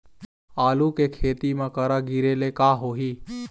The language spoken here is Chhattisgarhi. आलू के खेती म करा गिरेले का होही?